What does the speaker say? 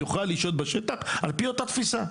הוא יוכל לשהות בשטח על פי אותה תפיסה: